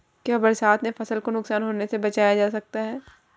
क्या बरसात में फसल को नुकसान होने से बचाया जा सकता है?